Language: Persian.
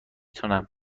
تونم